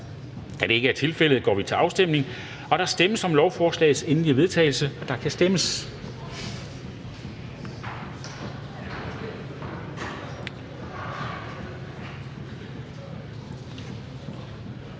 Det er ikke tilfældet, så vi går til afstemning. Der stemmes om lovforslagets endelige vedtagelse, og der kan stemmes.